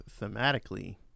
thematically